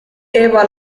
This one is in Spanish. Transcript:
eva